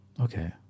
okay